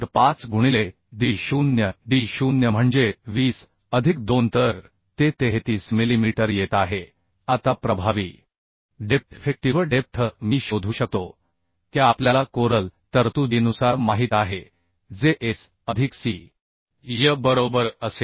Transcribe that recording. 5 गुणिले D 0 D 0 म्हणजे 20 अधिक 2 तर ते 33 मिलीमीटर येत आहे आता प्रभावी डेप्थ इफेक्टिव्ह डेप्थ मी शोधू शकतो की आपल्याला कोरल तरतुदीनुसार माहित आहे जे S अधिक C y y बरोबर असेल